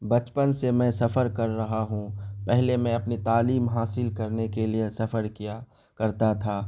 بچپن سے میں سفر کر رہا ہوں پہلے میں اپنی تعلیم حاصل کرنے کے لیے سفر کیا کرتا تھا